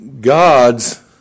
God's